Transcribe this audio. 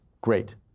great